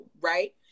right